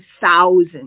thousands